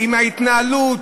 עם ההתנהלות,